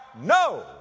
no